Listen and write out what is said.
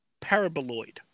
paraboloid